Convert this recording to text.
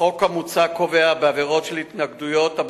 החוק המוצע קובע את העבירות הבאות: